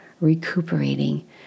recuperating